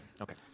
Okay